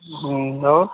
और